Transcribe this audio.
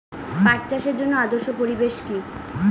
পাট চাষের জন্য আদর্শ পরিবেশ কি?